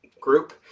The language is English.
group